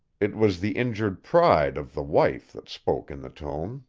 it was the injured pride of the wife that spoke in the tone